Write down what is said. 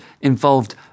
involved